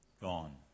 Gone